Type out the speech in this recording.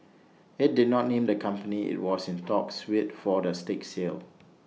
IT did not name the company IT was in talks with for the stake sale